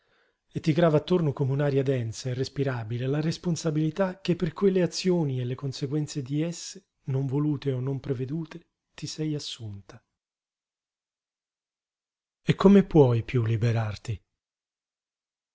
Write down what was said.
e ti grava attorno come un'aria densa irrespirabile la responsabilità che per quelle azioni e le conseguenze di esse non volute o non prevedute ti sei assunta e come puoi piú liberarti